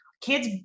Kids